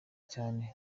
cyane